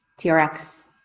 TRX